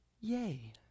Yay